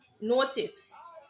notice